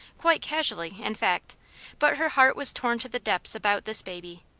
quite casually, in fact but her heart was torn to the depths about this baby.